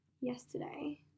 yesterday